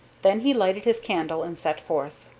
then he lighted his candle and set forth.